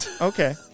Okay